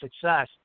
success